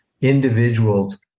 individuals